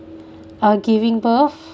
uh giving birth